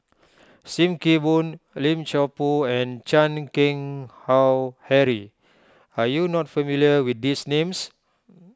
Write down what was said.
Sim Kee Boon Lim Chor Pu and Chan Keng Howe Harry are you not familiar with these names